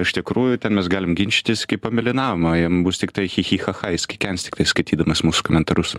iš tikrųjų ten mes galim ginčytis iki pamėlynavimo jam bus tiktai chi chi cha cha jis kikens tiktais skaitydamas mūsų komentarus